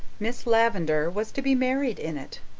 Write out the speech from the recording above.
miss lavendar was to be married in it.